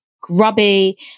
grubby